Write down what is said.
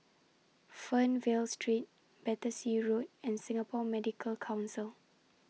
Fernvale Street Battersea Road and Singapore Medical Council